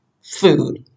food